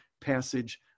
passage